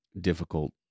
difficult